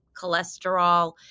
cholesterol